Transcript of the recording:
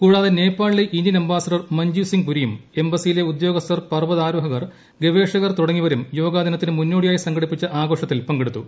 കൂടാതെ നേപ്പാളിലെ Indian ambassador Manjeev Singh പുരിയും എംബസ്സിയിലെ ഉദ്യോഗസ്ഥർ പർവ്വതാരോഹകർ ഗവേഷകർ തുടങ്ങിയവരും യോഗ ദിനത്തിന് മുന്നോടിയായി സംഘടിപ്പിച്ച ആഘോഷത്തിൽ പങ്കെടുത്തു